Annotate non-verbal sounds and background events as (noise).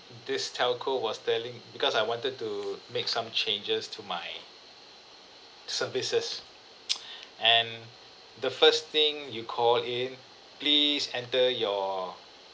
this telco was telling because I wanted to make some changes to my services (noise) (breath) and the first thing you call in please enter your